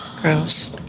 Gross